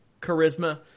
charisma